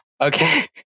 Okay